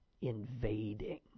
invading